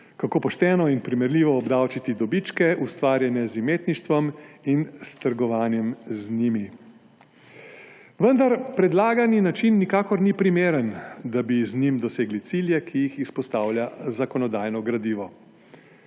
kako pošteno in primerljivo obdavčiti dobičke, ustvarjene z imetništvom in s trgovanjem z njimi. Vendar predlagani način nikakor ni primeren, da bi z njim doseglo cilje, ki jih izpostavlja zakonodajno gradivo.